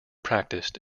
practised